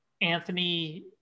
Anthony